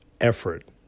effort